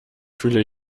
fühle